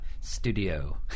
Studio